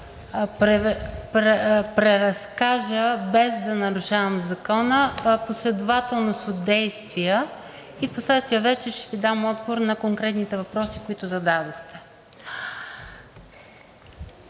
преразкажа, без да нарушавам Закона, последователност от действия и впоследствие вече ще Ви дам отговор на конкретните въпроси, които зададохте.